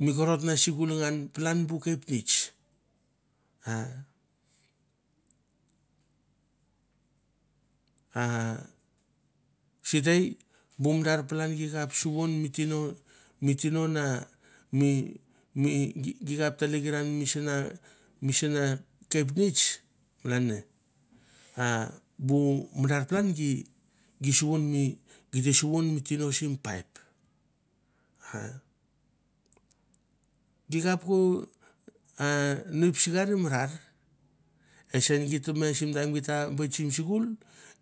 Mi korot na sikul ngann balan bu kepnets. A a sitei bu mandar palan gi kap suvon mi tino mi tino na mi mi gi kap tlekeran misana misana kepnets malan ne a bu mandar palan gi suvon mi gi te suvon mi tino sim paip gi kap ko nep sikar i mal ar e kesen sim taim git te me bet simi sikul